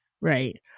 Right